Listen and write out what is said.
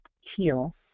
heal